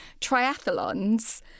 triathlons